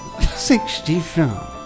sixty-four